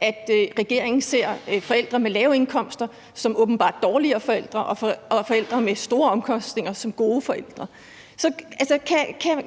at regeringen åbenbart ser forældre med lave indkomster som dårlige forældre og forældre med store indkomster som gode forælder. Så kan